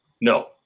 No